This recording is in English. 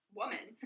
woman